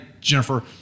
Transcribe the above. Jennifer